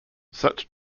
such